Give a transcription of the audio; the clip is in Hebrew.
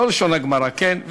לא לשון הגמרא, כן?